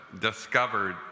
discovered